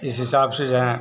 जिस हिसाब से जो है